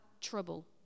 trouble